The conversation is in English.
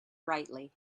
brightly